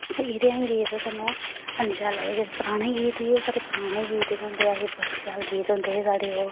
ते एह् जेह् गीत सानूं ऐनी पसंद औंदे जेह्ड़े पराने गीत हे ओह् बड़े शैल गीत होंदे हे ओह्